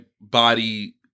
body